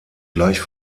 gleich